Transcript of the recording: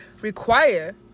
require